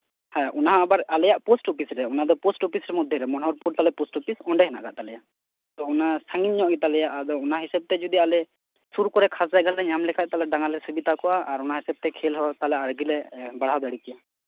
ᱦᱮᱸ ᱚᱱᱟᱦᱚᱸ ᱟᱵᱟᱨ ᱟᱞᱮᱭᱟᱜ ᱯᱳᱥᱴ ᱚᱯᱷᱤᱥ ᱨᱮ ᱚᱱᱟᱫᱚ ᱯᱳᱥᱴ ᱚᱯᱷᱤᱥ ᱢᱚᱫᱽᱫᱷᱮᱨᱮ ᱢᱚᱱᱚᱦᱚᱨ ᱯᱩᱨ ᱛᱟᱞᱮ ᱯᱳᱥᱴ ᱚᱯᱷᱤᱥ ᱚᱸᱰᱮ ᱦᱮᱱᱟᱜ ᱟᱠᱟᱫ ᱛᱟᱞᱮᱭᱟ ᱛᱚ ᱚᱱᱟ ᱥᱟᱺᱜᱤᱧ ᱧᱚᱜ ᱜᱮᱛᱟᱞᱮᱭᱟ ᱟᱫᱚ ᱚᱱᱟ ᱦᱤᱥᱟᱹᱵᱛᱮ ᱡᱚᱫᱤ ᱟᱞᱮ ᱥᱩᱨᱠᱚᱨᱮ ᱠᱷᱟᱥ ᱡᱟᱭᱜᱟᱞᱮ ᱧᱟᱢ ᱞᱮᱠᱷᱟᱡ ᱛᱟᱦᱚᱞᱮ ᱰᱟᱸᱜᱟᱞᱮ ᱥᱩᱵᱤᱛᱟ ᱠᱚᱜᱼᱟ ᱟᱨ ᱚᱱᱟ ᱦᱤᱥᱟᱹᱵ ᱛᱮ ᱠᱷᱮᱞ ᱦᱚᱸ ᱛᱟᱞᱮ ᱟᱹᱰᱤᱞᱮ ᱵᱟᱲᱦᱟᱣ ᱫᱟᱲᱮᱠᱮᱭᱟ